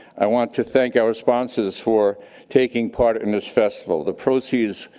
i want to thank our sponsors for taking part in this festival. the proceeds,